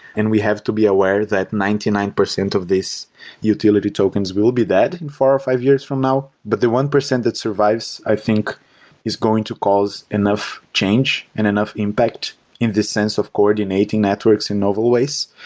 and we have to be aware that ninety nine percent of this utility tokens will be dead in four or five years from now, but the one percent that survives i think is going to cause enough change and enough impact in this sense of coordinating networks in novel ways,